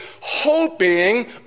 hoping